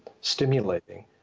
stimulating